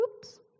Oops